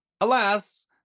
Alas